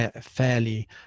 fairly